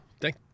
Thank